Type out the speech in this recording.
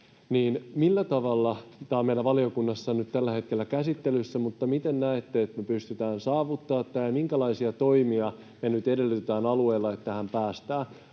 tämä on meillä valiokunnassa nyt tällä hetkellä käsittelyssä — niin millä tavalla näette, että me pystytään saavuttamaan tämä, ja minkälaisia toimia nyt edellytetään alueilla, että tähän päästään?